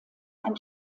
ein